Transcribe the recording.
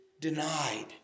Denied